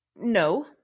No